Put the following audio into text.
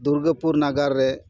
ᱫᱩᱨᱜᱟᱹᱯᱩᱨ ᱱᱟᱜᱟᱨ ᱨᱮ